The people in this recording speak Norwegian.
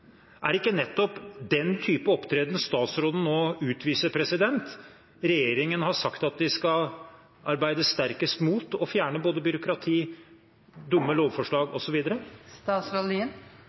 det ikke nettopp den type opptreden som statsråden nå utviser, som regjeringen har sagt at de skal arbeide sterkest mot, å fjerne både byråkrati, dumme lovforslag